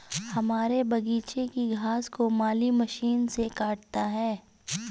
हमारे बगीचे की घास को माली मशीन से काटता है